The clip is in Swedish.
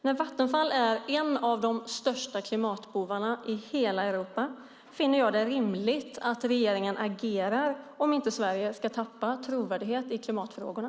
När Vattenfall är en av de största klimatbovarna i hela Europa finner jag det rimligt att regeringen agerar om inte Sverige ska tappa trovärdighet i klimatfrågorna.